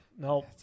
no